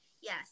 Yes